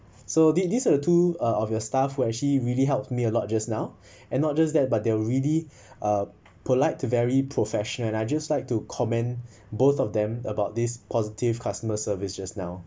so this this are the two uh of your staff who actually really helped me a lot just now and not just that but they are really uh polite to very professional I just like to comment both of them about this positive customer service just now